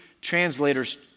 translators